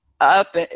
up